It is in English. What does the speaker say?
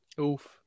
Oof